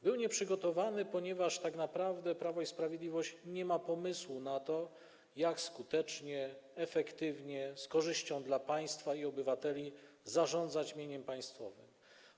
Był nieprzygotowany, ponieważ tak naprawdę Prawo i Sprawiedliwość nie ma pomysłu na to, jak skutecznie, efektywnie, z korzyścią dla państwa i obywateli zarządzać mieniem państwowym.